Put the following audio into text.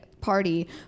party